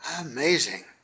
Amazing